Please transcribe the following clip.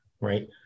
right